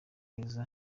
neza